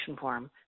Forum